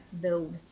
build